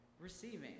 receiving